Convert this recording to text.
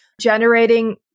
generating